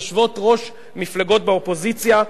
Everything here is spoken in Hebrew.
יושבות-ראש מפלגות באופוזיציה.